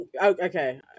Okay